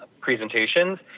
presentations